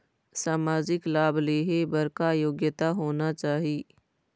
सामाजिक लाभ लेहे बर का योग्यता होना चाही?